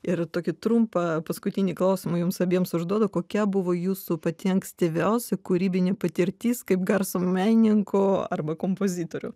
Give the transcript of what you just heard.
ir tokį trumpą paskutinį klausimą jums abiems užduoda kokia buvo jūsų pati ankstyviausia kūrybinė patirtis kaip garso menininkų arba kompozitorių